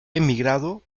emigrado